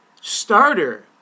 starter